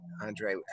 Andre